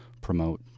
promote